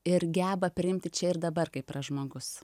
ir geba priimti čia ir dabar kaip yra žmogus